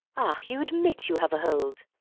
ah! you admit you have a hold!